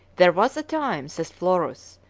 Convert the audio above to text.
there was a time, says florus,